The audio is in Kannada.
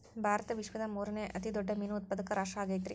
ಭಾರತ ವಿಶ್ವದ ಮೂರನೇ ಅತಿ ದೊಡ್ಡ ಮೇನು ಉತ್ಪಾದಕ ರಾಷ್ಟ್ರ ಆಗೈತ್ರಿ